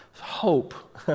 Hope